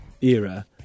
era